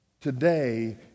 today